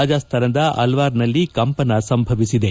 ರಾಜಸ್ಥಾನದ ಅಲ್ವಾರ್ನಲ್ಲಿ ಕಂಪನ ಸಂಭವಿಸಿದೆ